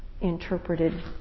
interpreted